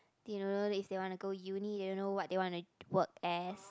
they don't know if they want to go uni they don't know what they want to work as